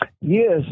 Yes